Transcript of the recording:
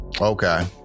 Okay